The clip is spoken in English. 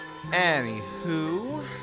Anywho